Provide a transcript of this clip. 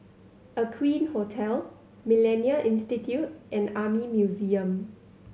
Aqueen Hotel Millennia Institute and Army Museum